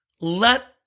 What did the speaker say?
let